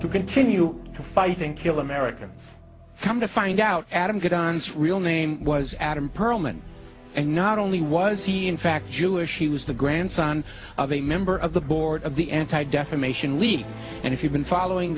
to continue to fight and kill americans come to find out adam get ons real name was adam perlman and not only was he in fact jewish he was the grandson of a member of the board of the anti defamation league and if you've been following